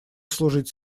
служить